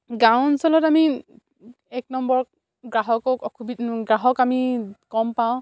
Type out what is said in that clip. গাঁও অঞ্চলত আমি এক নম্বৰক গ্ৰাহকক কম পাওঁ